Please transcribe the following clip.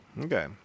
Okay